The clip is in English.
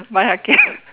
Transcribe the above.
ya again